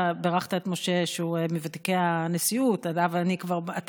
האלה בעתיד הלא-רחוק הולכים להוביל את הכלכלה,